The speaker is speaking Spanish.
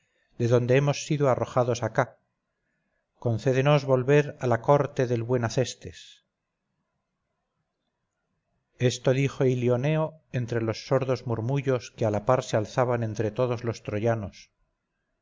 de donde hemos sido arrojados acá concédenos volver a la corte del buen acestes esto dijo ilioneo ente los sordos murmullos que a la par se alzaban entre todos los troyanos